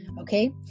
okay